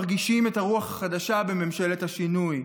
מרגישים את הרוח החדשה בממשלת השינוי: